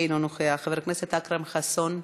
אינו נוכח, חבר הכנסת אכרם חסון,